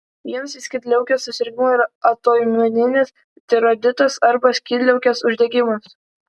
vienas iš skydliaukės susirgimų yra autoimuninis tiroiditas arba skydliaukės uždegimas